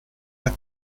las